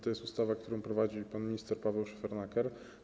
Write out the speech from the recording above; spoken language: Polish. To jest ustawa, którą prowadzi pan minister Paweł Szefernaker.